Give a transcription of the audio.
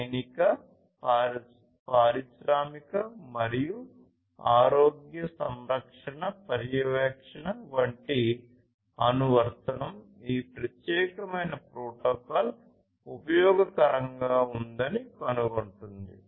సైనిక పారిశ్రామిక మరియు ఆరోగ్య సంరక్షణ పర్యవేక్షణ వంటి అనువర్తనం ఈ ప్రత్యేకమైన ప్రోటోకాల్ ఉపయోగకరంగా ఉందని కనుగొంటుంది